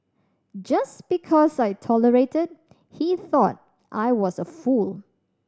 just because I tolerated he thought I was a fool